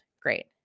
Great